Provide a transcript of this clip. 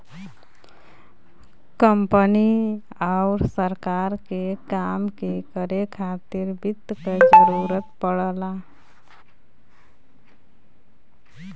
company आउर सरकार के काम के करे खातिर वित्त क जरूरत पड़ला